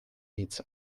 its